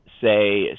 say